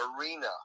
arena